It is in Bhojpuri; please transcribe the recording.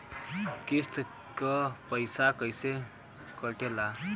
किस्त के पैसा कैसे कटेला?